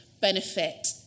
benefit